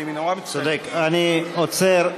אני נורא מצטער.